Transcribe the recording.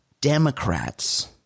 Democrats